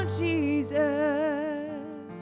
jesus